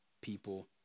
people